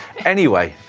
anyway,